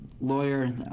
lawyer